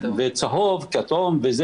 וצהוב הופך לכתום.